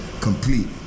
complete